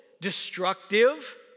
destructive